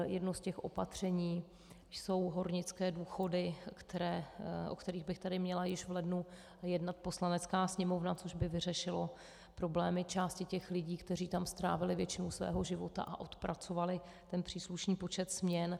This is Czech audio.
Jedno z těch opatření jsou hornické důchody, o kterých by tady již v lednu měla jednat Poslanecká sněmovna, což by vyřešilo problémy části těch lidí, kteří tam strávili většinu svého života a odpracovali příslušný počet směn.